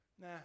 nah